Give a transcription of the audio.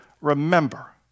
remember